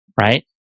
right